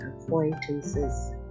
acquaintances